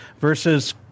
versus